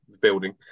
building